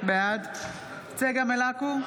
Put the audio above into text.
בעד צגה מלקו,